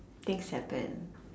think second